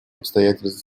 обстоятельств